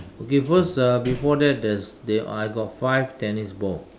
okay first uh before that there's there I got five tennis ball